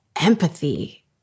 empathy